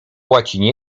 łacinie